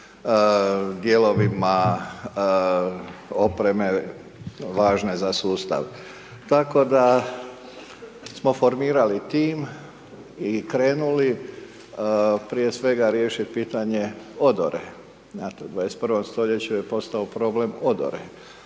dijelovima opreme važne za sustav. Tako da smo formirali tim i krenuli prije svega riješiti pitanje odore, znate 21. stoljeću je postao problem odore,